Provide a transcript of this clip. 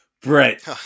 Brett